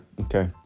okay